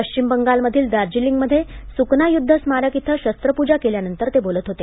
पश्चिम बंगालमधील दार्जिलिंगमध्ये सुकना युध्द स्मारक इथं शस्त्र पुजा केल्यानंतर ते बोलत होते